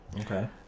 Okay